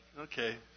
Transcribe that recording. okay